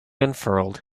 unfurled